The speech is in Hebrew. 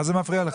מה זה מפריע לך?